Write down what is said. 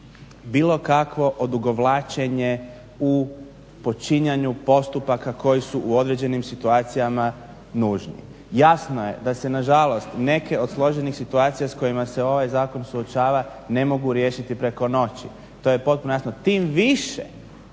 bilo kakvo odugovlačenje u počinjanju postupaka koji su u određenim situacijama nužni. Jasno je da se nažalost neke od složenih situacija s kojima se ovaj zakon suočava ne mogu riješiti preko noći. To je potpuno jasno. Tim više